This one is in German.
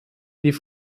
die